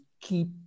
keep